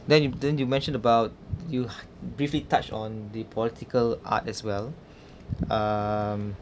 then you then you mentioned about you briefly touched on the political art as well um